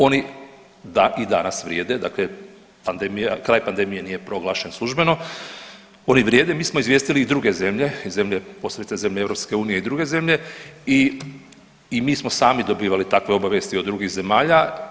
Oni da, i danas vrijede dakle kraj pandemije nije proglašen službeno, oni vrijede, mi smo izvijestili i druge zemlje, i zemlje, posebice zemlje EU i druge zemlje i mi smo sami dobivali takve obavijesti od drugih zemalja.